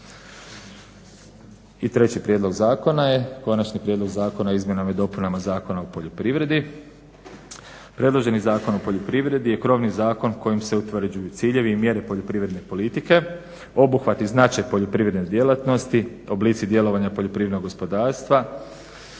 I treći prijedlog zakona je Konačni prijedlog zakona o izmjenama i dopunama Zakona o poljoprivredi. Predloženi Zakon o poljoprivredi je krovni zakon kojim se utvrđuju ciljevi i mjere poljoprivredne politike, obuhvat i značaj poljoprivredne djelatnosti, oblici djelovanja poljoprivrednog gospodarstva,